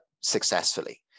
successfully